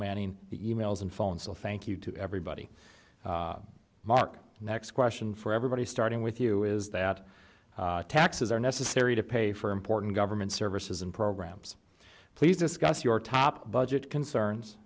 manning the e mails and phone so thank you to everybody mark next question for everybody starting with you is that taxes are necessary to pay for important government services and programs please discuss your top budget concerns